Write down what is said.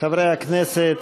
חברי הכנסת,